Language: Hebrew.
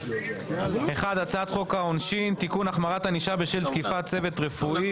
1. הצעת חוק העונשין (תיקון - החמרת ענישה בשל תקיפת צוות רפואי),